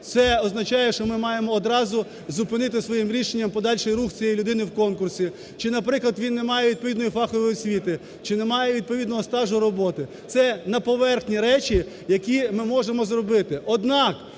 Це означає, що ми маємо одразу зупинити своїм рішенням подальший рух цієї люди в конкурсі. Чи, наприклад, він не має відповідної фахової освіти, чи не має відповідного стажу роботи – це на поверхні речі, які ми можемо зробити.